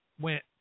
went